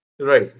right